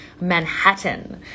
Manhattan